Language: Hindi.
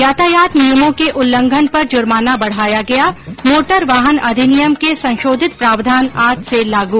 यातायात नियमों के उल्लंघन पर जुर्माना बढ़ाया गया मोटर वाहन अधिनियम के संशोधित प्रावधान आज से लागू